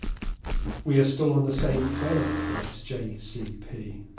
we are still on the same planet, writes j. c. p.